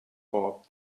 thought